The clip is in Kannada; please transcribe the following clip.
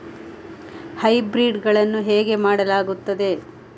ಹೈಬ್ರಿಡ್ ಗಳನ್ನು ಹೇಗೆ ಮಾಡಲಾಗುತ್ತದೆ?